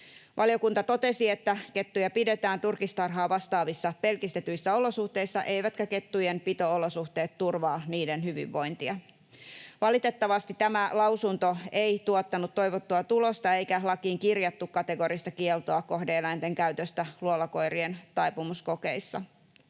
Valiokunta totesi, että kettuja pidetään turkistarhaa vastaavissa pelkistetyissä olosuhteissa eivätkä kettujen pito-olosuhteet turvaa niiden hyvinvointia. Valitettavasti tämä lausunto ei tuottanut toivottua tulosta eikä lakiin kirjattu kategorista kieltoa kohde-eläinten käytöstä luolakoirien taipumuskokeissa.